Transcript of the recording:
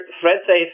thread-safe